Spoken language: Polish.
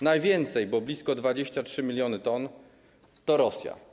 Najwięcej, bo blisko 23 mln t - Rosja.